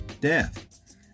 death